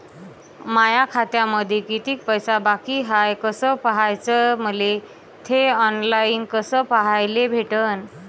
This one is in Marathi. माया खात्यामंधी किती पैसा बाकी हाय कस पाह्याच, मले थे ऑनलाईन कस पाह्याले भेटन?